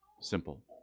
simple